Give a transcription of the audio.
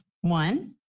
One